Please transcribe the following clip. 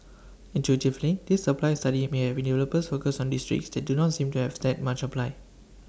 intuitively this supply study may help developers focus on districts that do not seem to have that much supply